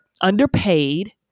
underpaid